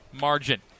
margin